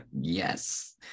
yes